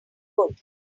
good